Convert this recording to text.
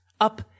up